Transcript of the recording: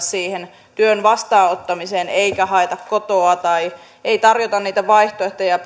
työn vastaanottamiseen eikä haeta kotoa tai ei tarjota niitä vaihtoehtoja